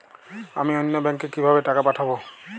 আমি অন্য ব্যাংকে কিভাবে টাকা পাঠাব?